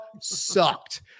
sucked